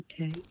Okay